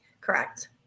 correct